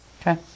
Okay